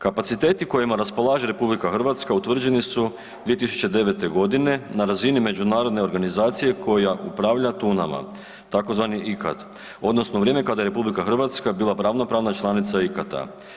Kapaciteti kojima raspolaže RH utvrđeni su 2009. godine na razini međunarodne organizacije koja upravlja tunama tzv. ICCAT odnosno u vrijeme kada je RH bila ravnopravna članica ICCAT-a.